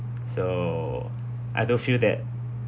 so I don't feel that